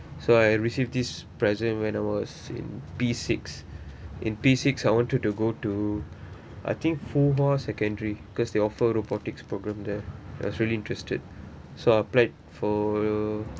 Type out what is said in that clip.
so I receive this present when I was in P six in P six I wanted to go to I think fuhua secondary cause they offer robotics program there yes really interested so I applied for